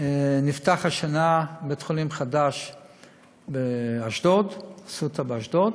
נפתח השנה בית-חולים חדש באשדוד, "אסותא", באשדוד,